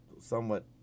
somewhat